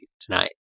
tonight